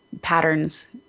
patterns